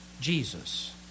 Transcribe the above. Jesus